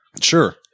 sure